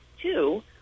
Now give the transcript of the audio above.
two